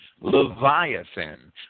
Leviathan